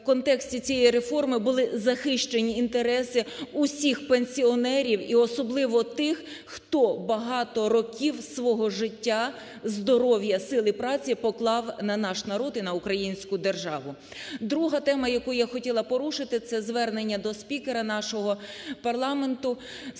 в контексті цієї реформи були захищені інтереси усіх пенсіонерів і особливо тих, хто багато років свого життя, здоров'я, сил і праці поклав на наш народ, і на українську державу. Друга тема, яку я хотіла порушити, це звернення до спікера нашого парламенту з